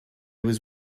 was